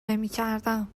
نمیکردم